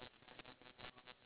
oh ya ya